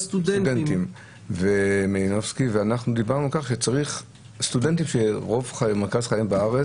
מארגון הסטודנטים על כך שסטודנטים שרוב חייהם בארץ,